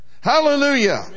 Hallelujah